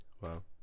Wow